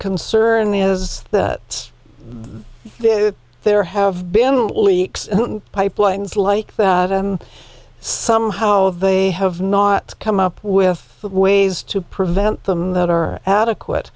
concern is that there have been leaks pipelines like that and somehow they have not come up with ways to prevent them that are adequate